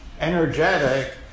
energetic